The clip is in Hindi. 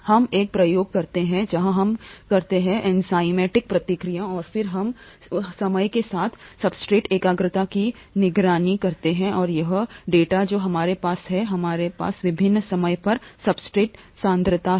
हम एक प्रयोग करते हैं जहां हम एक करते हैं एंजाइमेटिक प्रतिक्रिया और फिर हम समय के साथ सब्सट्रेट एकाग्रता की निगरानी करते हैं और यही है डेटा जो हमारे पास है हमारे पास विभिन्न समय पर सब्सट्रेट सांद्रता है